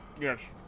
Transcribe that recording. yes